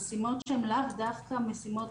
משימות שהן לאו דווקא משימות